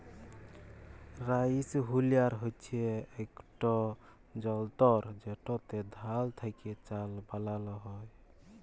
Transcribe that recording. rice huller হছে ইকট যল্তর যেটতে ধাল থ্যাকে চাল বালাল হ্যয়